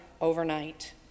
overnight